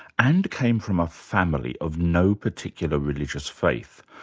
and came from a family of no particular religious faith,